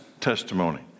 testimony